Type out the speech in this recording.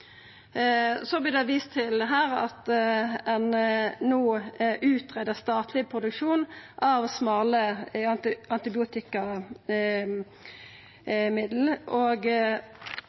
Det vert vist til her at ein no har greidd ut statleg produksjon av smale antibiotikamiddel,